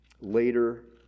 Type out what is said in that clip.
later